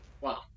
Wow